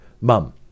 mum